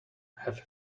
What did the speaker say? have